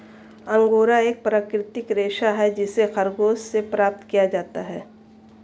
angora एक प्राकृतिक रेशा है जिसे खरगोश से प्राप्त किया जाता है